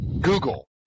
Google